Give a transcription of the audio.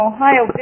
Ohio